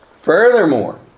Furthermore